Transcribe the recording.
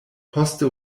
poste